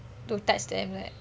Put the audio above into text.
to touch there